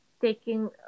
taking